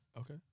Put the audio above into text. Okay